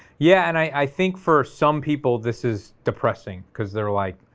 yeah, and i think for some people this is depressing, because they're like,